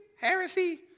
heresy